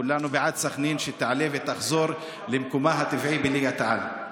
כולנו בעד סח'נין שתעלה ותחזור למקומה הטבעי בליגת-העל.